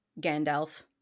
Gandalf